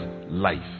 life